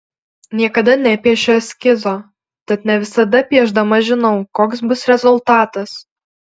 niekada nepiešiu eskizo tad ne visada piešdama žinau koks bus rezultatas